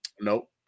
Nope